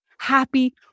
happy